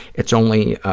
it's only,